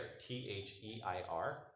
t-h-e-i-r